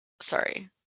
sorry